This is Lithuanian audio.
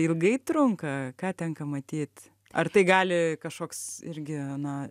ilgai trunka ką tenka matyt ar tai gali kažkoks irgi na